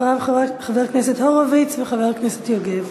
אחריו, חבר הכנסת הורוביץ וחבר הכנסת יוגב.